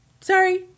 sorry